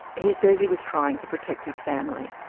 he says he was trying to protect his family.